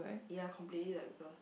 yea completely like blur